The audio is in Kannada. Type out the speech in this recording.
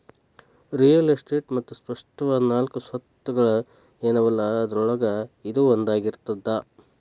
ರಿಯಲ್ ಎಸ್ಟೇಟ್ ಮತ್ತ ಸ್ಪಷ್ಟವಾದ ನಾಲ್ಕು ಸ್ವತ್ತುಗಳ ಏನವಲಾ ಅದ್ರೊಳಗ ಇದೂ ಒಂದಾಗಿರ್ತದ